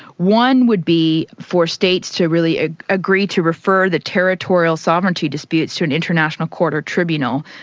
one would be for states to really ah agree to refer the territorial sovereignty disputes to an international court or tribunal,